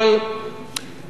עמיתי חברי הכנסת,